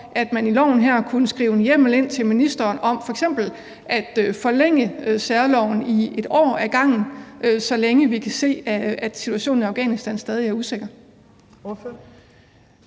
at man i lovforslaget her kunne indskrive en hjemmel til ministeren til f.eks. at kunne forlænge særloven i et år ad gangen, så længe vi kan se, at situationen i Afghanistan stadig er usikker?